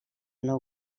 nou